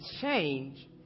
change